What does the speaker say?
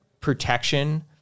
protection